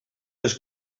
les